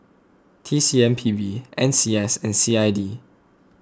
T C M P B N C S and C I D